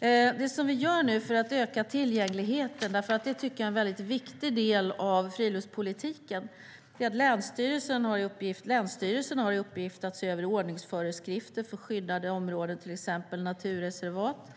En väldigt viktig del av friluftslivspolitiken och för att öka tillgängligheten är att länsstyrelsen har fått i uppgift att se över ordningsföreskrifter för skyddade områden, till exempel naturreservat.